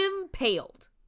impaled